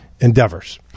endeavors